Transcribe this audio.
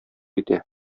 итә